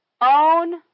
own